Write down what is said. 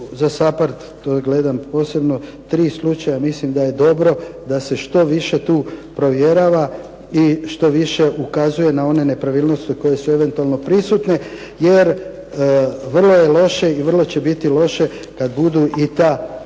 Za SAPHARD to je gledam posebno tri slučaja. Mislim da je dobro da se što više tu provjerava i što više ukazuje na one nepravilnosti koje su eventualno prisutne. Jer vrlo je loše i vrlo će biti loše kad budu i ta veća sredstva